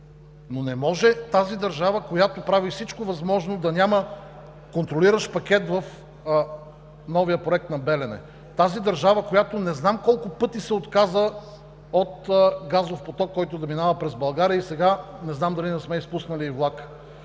но не може тази държава, която прави всичко възможно да няма контролиращ пакет в новия проект на „Белене“, тази държава, която не знам колко пъти се отказа от газов поток, който да минава през България, и сега не знам дали не сме изпуснали и влака.